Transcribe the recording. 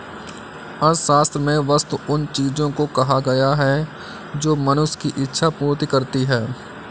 अर्थशास्त्र में वस्तु उन चीजों को कहा गया है जो मनुष्य की इक्षा पूर्ति करती हैं